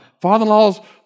father-in-law's